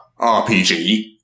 RPG